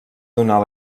donar